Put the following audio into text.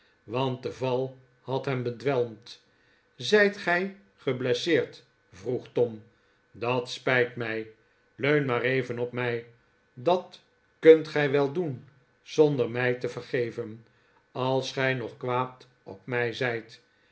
want de val had hem bedwelmd zijt gij geblesseerd vroeg tom dat spijt mij leun maar even op mij dat kunt gij wel doen zonder mij te vergeven als gij nog kwaad op mij zijt